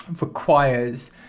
requires